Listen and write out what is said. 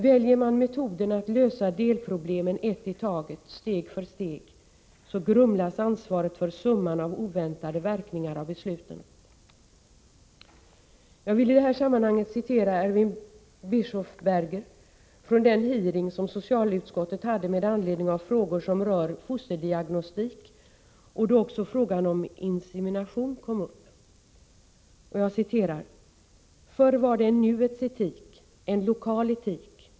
Väljer man metoden att lösa delproblemen ett i taget, steg för steg, så grumlas ansvaret för summan av oväntade verkningar av besluten. Jag vill i detta sammanhang citera Erwin Bischofberger från den hearing som socialutskottet hade med anledning av frågor som rör fosterdiagnostik, då även frågan om insemination kom upp: ”Förr var det nuets etik, en lokal etik.